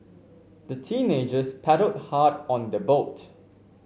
the teenagers paddled hard on their boat